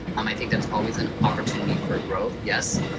um i think that's always an opportunity for growth, yes.